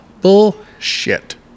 Bullshit